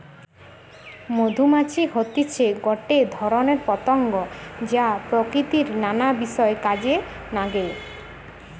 মধুমাছি হতিছে গটে ধরণের পতঙ্গ যা প্রকৃতির নানা বিষয় কাজে নাগে